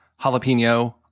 jalapeno